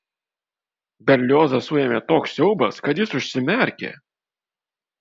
berliozą suėmė toks siaubas kad jis užsimerkė